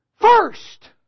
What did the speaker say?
First